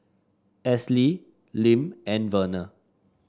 Esley Lim and Verner